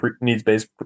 needs-based